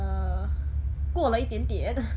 err 过了一点点